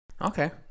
Okay